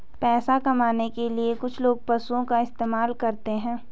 पैसा कमाने के लिए कुछ लोग पशुओं का इस्तेमाल करते हैं